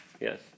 Yes